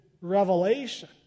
revelation